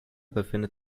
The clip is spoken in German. befindet